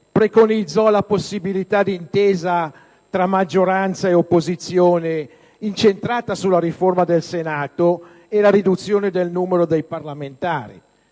preconizzò la possibilità d'intesa tra maggioranza e opposizione incentrata sulla riforma del Senato e la riduzione del numero dei parlamentari.